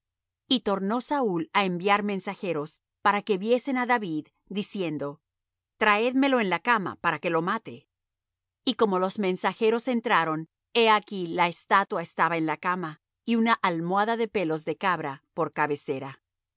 y tornó saúl á enviar mensajeros para que viesen á david diciendo traédmelo en la cama para que lo mate y como los mensajeros entraron he aquí la estatua estaba en la cama y una almohada de pelos de cabra por cabecera